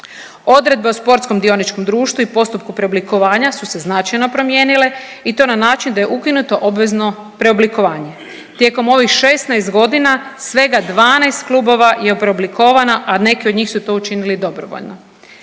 Odredbe o sportskom dioničkom društvu i postupku preoblikovanja su se značajno promijenile i to na način da je ukinuto obvezno preoblikovanje. Tijekom ovih 16 godina svega 12 klubova je preoblikovana, a neki od njih su to učinili dobrovoljno.